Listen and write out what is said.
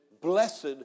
blessed